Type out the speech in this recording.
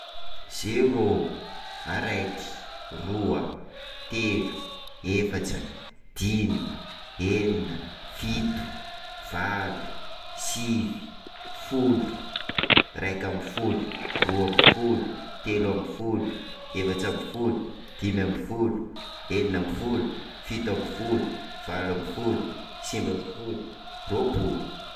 Zéro, araiky, roa, telo, efatra, dimy, enina, fito, valo, sivy, folo, raika amby folo, roa amby folo, telo amby folo, efatra amby folo, dimy amby folo, enina amby folo, fito amby folo, valo amby folo, roapolo